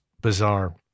bizarre